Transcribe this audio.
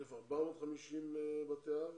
1,450 בתי אב.